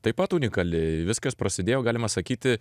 taip pat unikali viskas prasidėjo galima sakyti